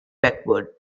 backward